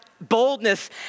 boldness